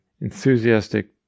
enthusiastic